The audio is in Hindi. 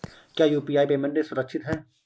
क्या यू.पी.आई पेमेंट सुरक्षित है?